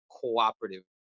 cooperative